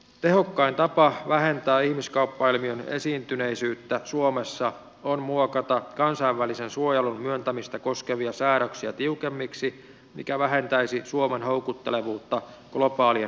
tehokkain tapa vähentää ihmiskauppailmiön esiintyneisyyttä suomessa on muokata kansainvälisen suojelun myöntämistä koskevia säädöksiä tiukemmiksi mikä vähentäisi suomen hou kuttelevuutta globaalien ihmissalakuljettajien kohteena